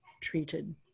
treated